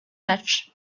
match